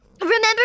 Remember